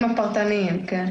פרטניים מוכנים.